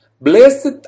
Blessed